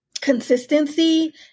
consistency